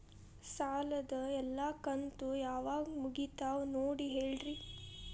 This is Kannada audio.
ಸಾಲದ ಎಲ್ಲಾ ಕಂತು ಯಾವಾಗ ಮುಗಿತಾವ ನೋಡಿ ಹೇಳ್ರಿ